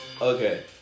Okay